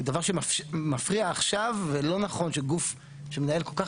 זה דבר שמפריע עכשיו ולא נכון שגוף שמנהל כל כך